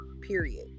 period